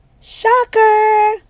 Shocker